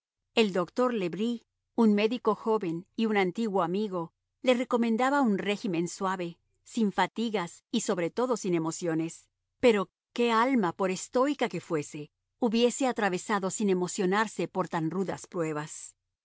el doctor le bris un médico joven y un antiguo amigo le recomendaba un régimen suave sin fatigas y sobre todo sin emociones pero qué alma por estoica que fuese hubiese atravesado sin emocionarse por tan rudas pruebas